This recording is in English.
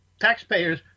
taxpayers